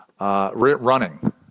Running